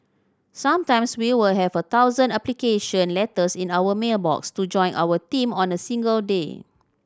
sometimes we will have a thousand application letters in our mail box to join our team on a single day